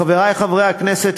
חברי חברי הכנסת,